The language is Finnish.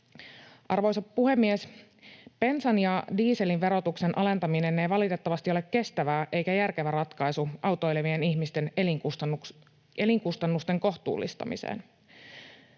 Arvoisa puhemies! Bensan ja dieselin verotuksen alentaminen ei valitettavasti ole kestävää eikä järkevä ratkaisu autoilevien ihmisten elinkustannusten kohtuullistamiseen.